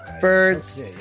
birds